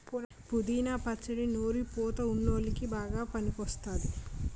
పుదీనా పచ్చడి నోరు పుతా వున్ల్లోకి బాగా పనికివస్తుంది